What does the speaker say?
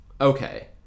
Okay